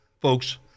folks